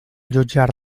jutjar